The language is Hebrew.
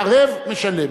הערב משלם,